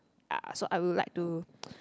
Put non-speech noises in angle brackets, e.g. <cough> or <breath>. uh so I would like to <breath>